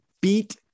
beat